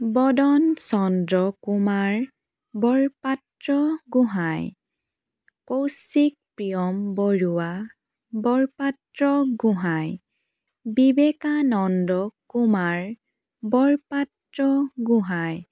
Badan Chandra Kumar Borpatra Gohain Kaushik Priyam Baruah Borpatra Gohain Vivekananda Kumar Borpatra Gohain